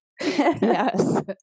Yes